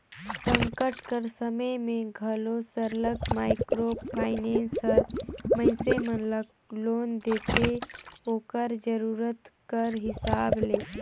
संकट कर समे में घलो सरलग माइक्रो फाइनेंस हर मइनसे मन ल लोन देथे ओकर जरूरत कर हिसाब ले